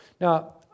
Now